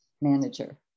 manager